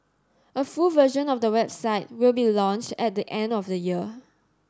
a full version of the website will be launched at the end of the year